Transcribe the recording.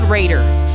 Raiders